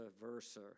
versa